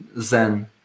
Zen